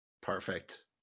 Perfect